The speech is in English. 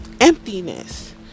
emptiness